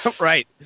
right